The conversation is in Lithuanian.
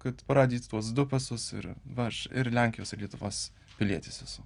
kad parodyt tuos du pasus ir va aš ir lenkijos ir lietuvos pilietis esu